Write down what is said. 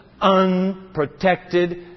unprotected